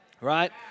Right